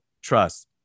trust